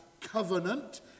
covenant